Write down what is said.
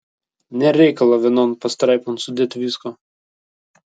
nėr reikalo vienon pastraipon sudėti visko